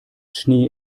schnee